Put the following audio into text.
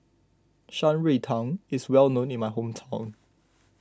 Shan Rui Tang is well known in my hometown